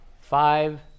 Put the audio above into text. five